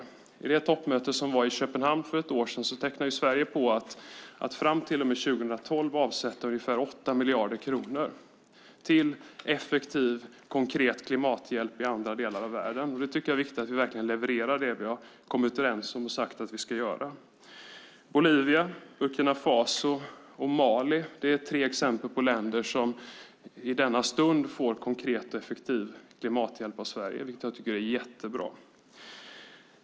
Vid det toppmöte som var i Köpenhamn för ett år sedan skrev Sverige under att fram till och med 2012 avsätta ungefär 8 miljarder kronor till effektiv och konkret klimathjälp i andra delar av världen. Och jag tycker att det är viktigt att vi verkligen levererar det vi har kommit överens om och sagt att vi ska göra. Bolivia, Burkina Faso och Mali är tre exempel på länder som i denna stund får konkret och effektiv klimathjälp av Sverige, vilket jag tycker är jättebra.